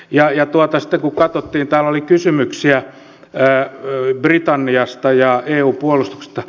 ja sitten kun katsottiin täällä oli kysymyksiä britanniasta ja eu puolustuksesta